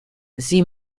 sie